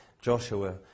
Joshua